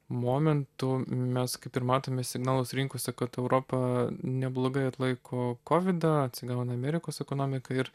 momentu mes kaip ir matome signalus rinkose kad europa neblogai atlaiko kovidą atsigauna amerikos ekonomika ir